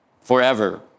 forever